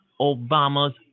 Obama's